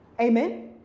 amen